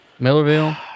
Millerville